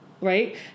right